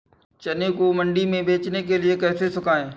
चने को मंडी में बेचने के लिए कैसे सुखाएँ?